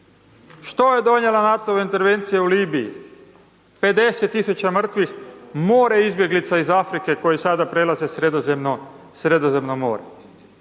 Što je donijela NATO-va intervencija u Libiji, 50.000 mrtvih, more izbjeglica iz Afrike koji sada prelaze Sredozemno,